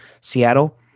Seattle